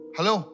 Hello